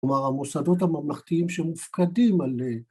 ‫כלומר, המוסדות הממלכתיים ‫שמופקדים על...